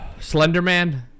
Slenderman